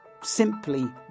simply